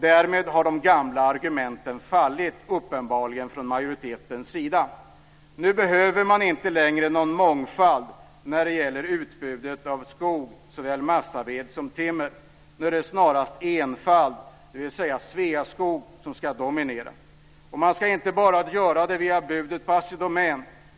Därmed har de gamla argumenten uppenbarligen fallit från majoritetens sida. Nu behöver man inte längre någon mångfald när det gäller utbudet av skog, såväl massaved som timmer. Nu är det snarast enfald, dvs. Sveaskog, som ska dominera. Man ska inte bara göra det via budet på Assi Domän.